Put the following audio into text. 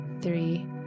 three